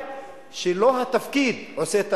הנכונות